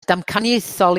damcaniaethol